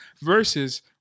versus